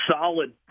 solid